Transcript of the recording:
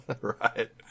Right